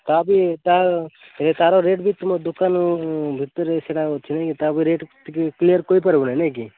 ତାହା ବି ତା ହେ ତା'ର ରେଟ୍ ବି ତୁମ ଦୋକାନ ଭିତରେ ସେଇଟା ଅଛି କି ନାଇଁ ତା'ପରେ ରେଟ୍ କ୍ଲିୟର୍ କରି ପାରିବ ନାଇଁ ନାଇଁ କି